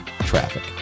Traffic